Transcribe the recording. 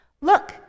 look